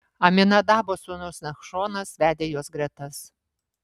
aminadabo sūnus nachšonas vedė jos gretas